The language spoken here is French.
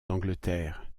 d’angleterre